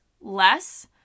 less